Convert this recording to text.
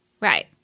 right